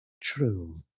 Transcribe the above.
True